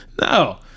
No